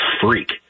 freak